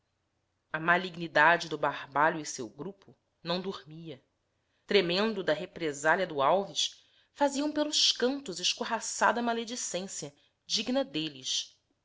a malignidade do barbalho e seu grupo não dormia tremendo de represália do alves faziam pelos cantos escorraçada maledicência digna deles